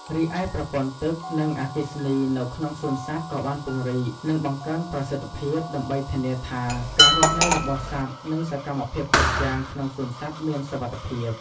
រីឯប្រព័ន្ធទឹក និងអគ្គិសនីនៅក្នុងសួនសត្វក៏បានពង្រីក និងបង្កើនប្រសិទ្ធភាព ដើម្បីធានាថាការរស់នៅរបស់សត្វ និងសកម្មភាពគ្រប់យ៉ាងក្នុងសួនសត្វមានសុវត្ថិភាព។